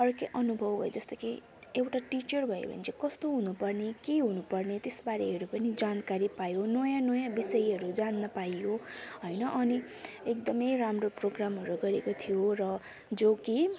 अर्कै अनुभव भयो जस्तै कि एउटा टिचर भयो भने चाहिँ कस्तो हुनु पर्ने के हुनु पर्ने त्यसबारेहरू पनि जानकारी पायो नयाँ नयाँ विषयहरू जान्न पाइयो होइन अनि एकदमै राम्रो प्रोग्रामहरू गरिएको थियो र जो कि